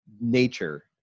nature